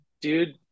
dude